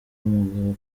umugabo